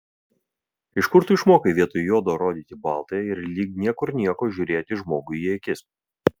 iš kur tu išmokai vietoj juodo rodyti balta ir lyg niekur nieko žiūrėti žmogui į akis